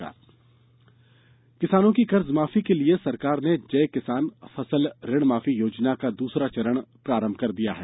जय किसान किसानों की कर्जमाफी के लिए सरकार ने जय किसान फसल ऋण माफी योजना का दूसरा चरण प्रारम्भ कर दिया है